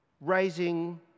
raising